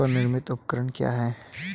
स्वनिर्मित उपकरण क्या है?